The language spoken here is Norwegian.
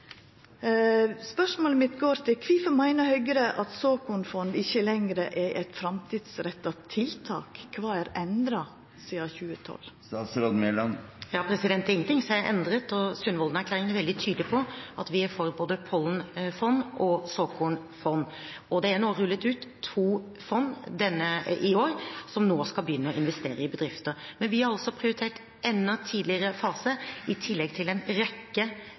Spørsmålet mitt er: Kvifor meiner Høgre at såkornfond ikkje lenger er eit framtidsretta tiltak, og kva er endra sidan 2012? Det er ingenting som er endret, og Sundvolden-erklæringen er veldig tydelig på at vi er for både pollenfond og såkornfond. Det er i år rullet ut to fond som nå skal begynne å investere i bedrifter. Vi har altså prioritert en enda tidligere fase i tillegg til en rekke